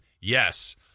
yes